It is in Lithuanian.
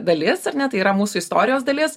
dalis ar ne tai yra mūsų istorijos dalies